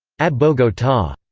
at bogota.